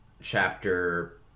chapter